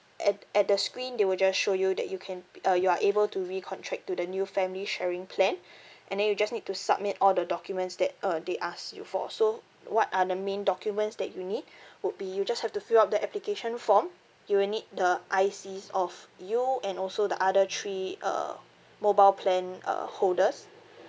at at the screen they will just show you that you can pi~ uh you are able to recontract to the new family sharing plan and then you just need to submit all the documents that uh they ask you for so what are the main documents that you need would be you just have to fill up the application form you will need the I_Cs of you and also the other three uh mobile plan uh holders